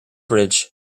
bridge